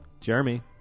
Jeremy